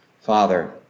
Father